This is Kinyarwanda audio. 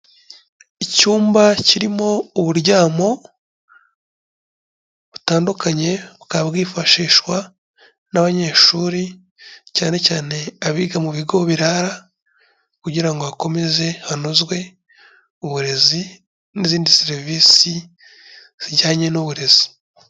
Icyumba kirimo uburyamo, butandukanye bukaba bwifashishwa n'abanyeshuri, cyane cyane abiga mu bigo birara kugira ngo hakomeze hanozwe uburezi n'izindi serivisi zijyanye n'uburezi.